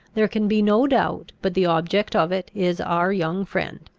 there can be no doubt but the object of it is our young friend,